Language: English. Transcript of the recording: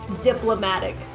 diplomatic